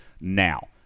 now